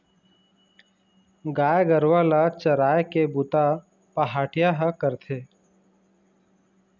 गाय गरूवा ल चराए के बूता पहाटिया ह करथे